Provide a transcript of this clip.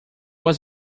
was